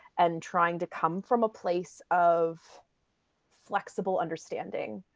and trying to come from a place of flexible understanding,